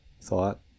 thought